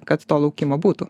kad to laukimo būtų